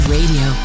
Radio